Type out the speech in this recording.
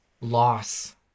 loss